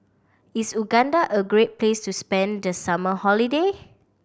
is Uganda a great place to spend the summer holiday